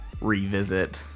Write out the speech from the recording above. revisit